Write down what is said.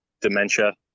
dementia